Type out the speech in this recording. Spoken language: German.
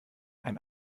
ein